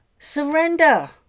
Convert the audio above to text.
Surrender